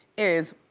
is.